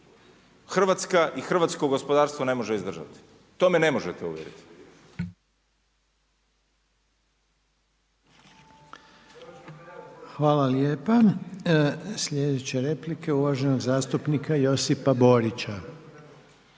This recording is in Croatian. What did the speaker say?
Hrvatska i hrvatsko gospodarstvo ne može izdržati. To me ne možete uvjeriti. **Reiner, Željko (HDZ)** Hvala lijepa. Sljedeća replika je uvaženog zastupnika Josipa Borića.